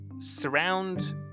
surround